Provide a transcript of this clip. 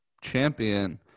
champion